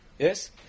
Yes